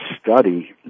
study